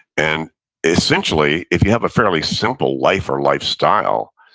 and essentially, if you have a fairly simple life or lifestyle,